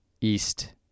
east